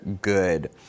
good